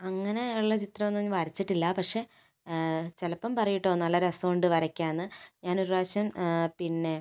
അങ്ങനെ ഉള്ള ചിത്രവൊന്നും ഞാൻ വരച്ചിട്ടില്ല പക്ഷെ ചിലപ്പം പറയും കെട്ടോ നല്ല രസമുണ്ട് വരയ്ക്കാന് ഞാനൊരു പ്രാവശ്യം പിന്നെ